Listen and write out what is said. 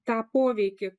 tą poveikį